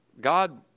God